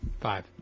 Five